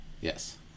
Yes